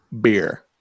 beer